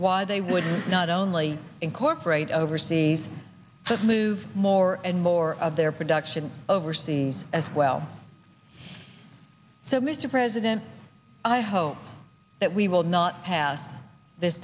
why they wouldn't not only incorporate overseas but move more and more of their production overseas as well so mr president i hope that we will not pass this